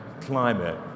climate